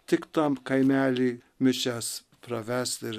tik tam kaimely mišias pravest ir